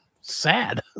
sad